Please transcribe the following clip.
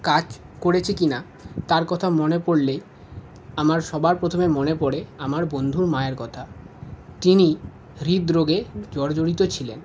কাজ করেছি কি না তার কথা মনে পড়লেই আমার সবার প্রথমে মনে পড়ে আমার বন্ধুর মায়ের কথা তিনি হৃদরোগে জর্জরিত ছিলেন